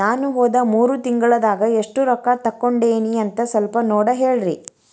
ನಾ ಹೋದ ಮೂರು ತಿಂಗಳದಾಗ ಎಷ್ಟು ರೊಕ್ಕಾ ತಕ್ಕೊಂಡೇನಿ ಅಂತ ಸಲ್ಪ ನೋಡ ಹೇಳ್ರಿ